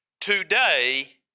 Today